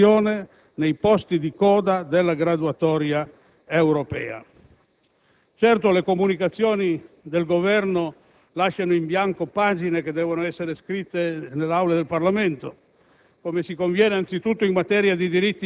registrano per l'Italia una collocazione nei posti di coda della graduatoria europea. Certo, le comunicazioni del Governo lasciano in bianco pagine che devono essere scritte nelle Aule del Parlamento,